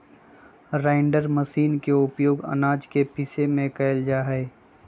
grinder machine के उपयोग आनाज के पीसे में कइल जाहई